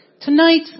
tonight